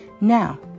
Now